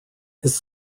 his